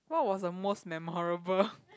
what was the most memorable